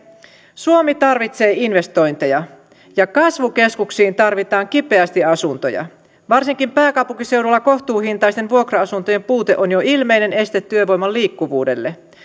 suomi tarvitsee investointeja ja kasvukeskuksiin tarvitaan kipeästi asuntoja varsinkin pääkaupunkiseudulla kohtuuhintaisten vuokra asuntojen puute on jo ilmeinen este työvoiman liikkuvuudelle